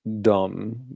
dumb